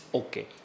okay